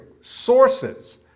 sources